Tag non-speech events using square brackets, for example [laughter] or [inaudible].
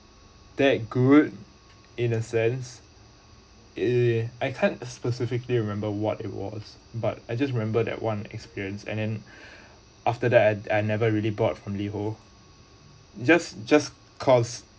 that good in a sense it I can't specifically remember what it was but I just remember that one experience and then [breath] after that I I never really bought from liho just just cause